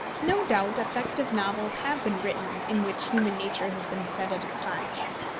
no doubt effective novels have been written in which human nature has been set at defiance.